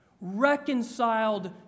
reconciled